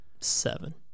seven